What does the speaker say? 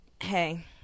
Hey